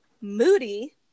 Moody